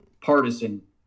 partisan